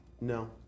No